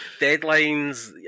deadlines